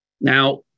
Now